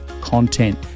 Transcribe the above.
content